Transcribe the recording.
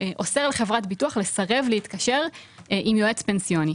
שאוסר על חברת ביטוח לסרב להתקשר עם יועץ פנסיוני.